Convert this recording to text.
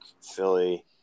Philly